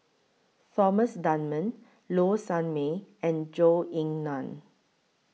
Thomas Dunman Low Sanmay and Zhou Ying NAN